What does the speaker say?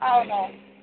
అవును అవును